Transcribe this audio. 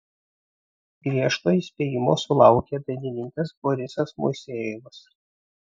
griežto įspėjimo sulaukė dainininkas borisas moisejevas